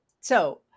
So-